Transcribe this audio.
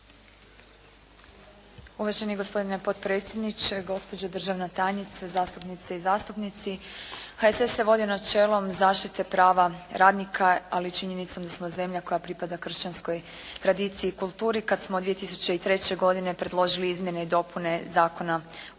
Uvaženi gospodine potpredsjedniče, gospođo državna tajnice, zastupnice i zastupnici. HSS se vodio načelom zaštite prava radnika, ali i činjenicom da smo zemlja koja pripada kršćanskoj tradiciji i kulturi kada smo 2003. godine predložili izmjene i dopune Zakona o